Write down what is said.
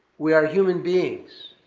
we are human beings,